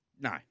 No